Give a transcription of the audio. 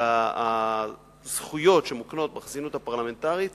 והזכויות שמוקנות בחסינות הפרלמנטרית